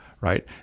right